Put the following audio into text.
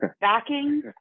backing